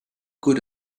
good